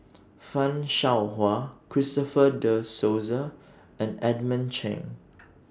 fan Shao Hua Christopher De Souza and Edmund Cheng